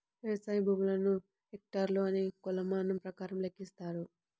వ్యవసాయ భూములను హెక్టార్లు అనే కొలమానం ప్రకారం లెక్కిస్తారు